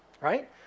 right